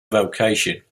vocation